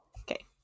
Okay